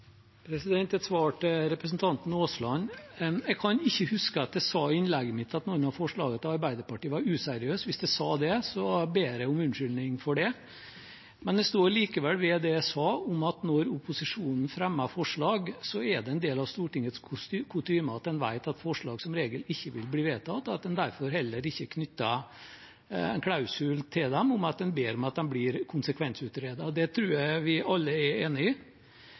Et svar til representanten Aasland: Jeg kan ikke huske at jeg sa i innlegget mitt at noen av forslagene til Arbeiderpartiet var useriøse. Hvis jeg sa det, så ber jeg om unnskyldning for det. Jeg står likevel ved det jeg sa om at når opposisjonen fremmer forslag, er det en del av Stortingets kutyme at en vet at forslag som regel ikke vil bli vedtatt, og at man derfor heller ikke knytter klausul til dem om at man ber om at de blir konsekvensutredet. Det tror jeg vi alle er